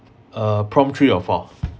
err prompt three of four